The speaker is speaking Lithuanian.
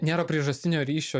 nėra priežastinio ryšio